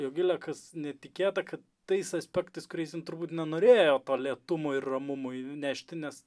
jogile kas netikėta kad tais aspektais kuriais jin turbūt nenorėjo to lėtumo ir ramumo įnunešti nes